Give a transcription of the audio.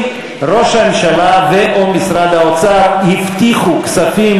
אם ראש הממשלה ו/או משרד האוצר הבטיחו כספים